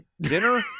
Dinner